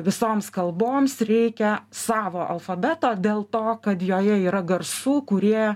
visoms kalboms reikia savo alfabeto dėl to kad joje yra garsų kurie